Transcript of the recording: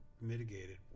mitigated